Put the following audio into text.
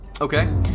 Okay